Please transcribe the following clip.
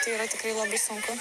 tai yra tikrai labai sunku